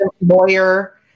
lawyer